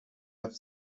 have